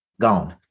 gone